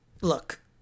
look